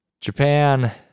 Japan